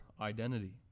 identity